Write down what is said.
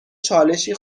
چالشی